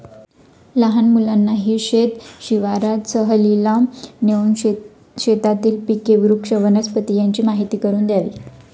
लहान मुलांनाही शेत शिवारात सहलीला नेऊन शेतातील पिके, वृक्ष, वनस्पती यांची माहीती करून द्यावी